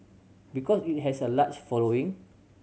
because it has a large following